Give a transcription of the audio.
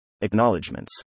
Acknowledgements